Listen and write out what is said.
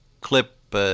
clip